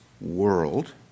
world